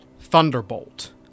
Thunderbolt